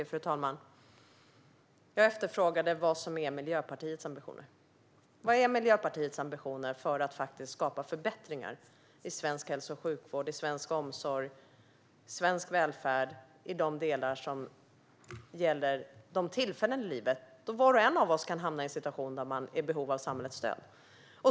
Fru talman! Jag efterfrågade Miljöpartiets ambitioner. Vad är Miljöpartiets ambitioner för att skapa förbättringar inom svensk hälso och sjukvård, svensk omsorg och svensk välfärd i de delar som gäller vid de tillfällen i livet då var och en av oss kan hamna i en situation då vi är i behov av samhällets stöd?